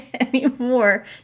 anymore